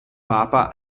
papa